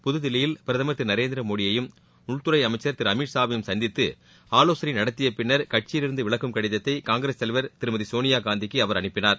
புதுதில்லியில் பிரதமர் திரு நரேந்திரமோடியையும் உள்துறை அமைச்சர் திரு அமித்ஷாவையும் சந்தித்து ஆலோசனை நடத்திய பின்னர் கட்சியிலிருந்து விலகும் கடிதத்தை காங்கிரஸ் தலைவர் திருமதி சோனியாகாந்திக்கு அவர் அனுப்பினார்